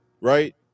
right